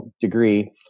degree